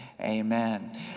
amen